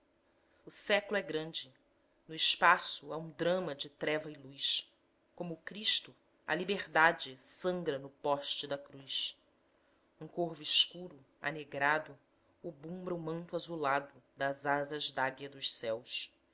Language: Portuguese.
o séclo é grande no espaço há um drama de treva e luz como o cristo a liberdade sangra no poste da cruz um corvo escuro anegrado obumbra o manto azulado das asas d'águia dos céus